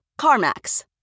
CarMax